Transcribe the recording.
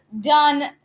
done